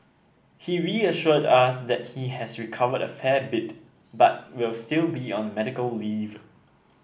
he reassured us that he has recovered a fair bit but will still be on medical leave